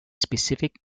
specific